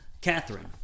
Catherine